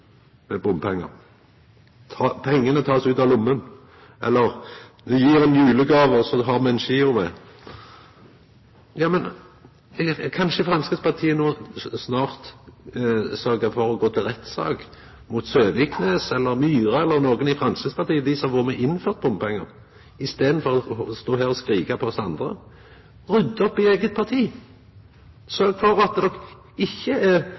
så legg ein ved ein giro. Kanskje Framstegspartiet no snart sørgjer for å gå til rettssak mot Søviknes, eller Myhre eller andre i Framstegspartiet, dei som har vore med og innført bompengar, i staden for å stå her og skrika på oss andre. Rydd opp i eige parti! Sørg for at de er ærlege! No framstår de som dobbeltmoralistiske, der de ute, der de vil ha resultat, er